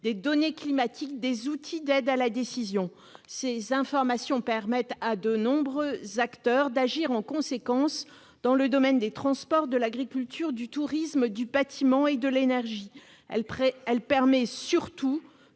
des données climatiques, des outils d'aide à la décision. Ces informations permettent à de nombreux acteurs d'agir en conséquence dans le domaine des transports, de l'agriculture, du tourisme, du bâtiment ou de l'énergie. Elles permettent surtout